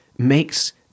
makes